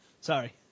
Sorry